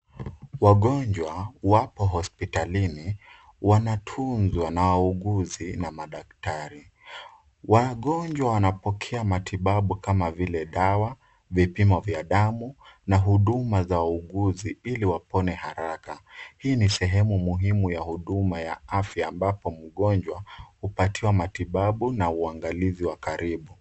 Wagonjwa wapo hospitalini wanatunzwa na wauguzi na madaktari. Wagonjwa wanapokea matibabu kama vile dawa, vipimo vya damu na huduma za wauguzi ili wapone haraka. Hii ni sehemu muhimu ya huduma ya afya ambapo mgonjwa, hupatiwa matibabu na uangalivu wa karibu.